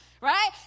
Right